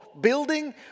building